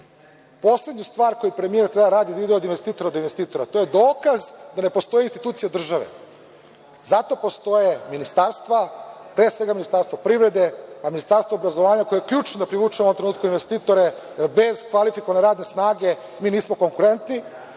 Poslednju stvar koju premijer treba da radi je da ide od investitora do investitora. To je dokaz da ne postoji institucija države. Zato postoje ministarstva, pre svega Ministarstvo privrede, pa Ministarstvo obrazovanja, koje je ključno da privuče u ovom trenutku investitore. Bez kvalifikovane radne snage mi nismo konkurentni,